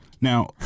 Now